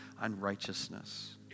unrighteousness